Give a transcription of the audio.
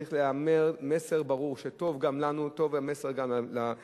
צריך להיאמר מסר ברור שטוב גם לנו וטוב גם מסר למסתננים.